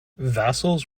vassals